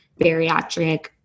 bariatric